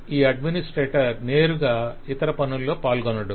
ఈ అడ్మినిస్ట్రేటర్ నేరుగా ఇతర పనుల్లో పాల్గొనడు